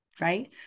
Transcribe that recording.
right